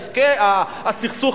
הסכסוך,